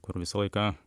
kur visą laiką